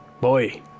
Boy